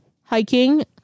Hiking